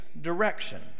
direction